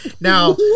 now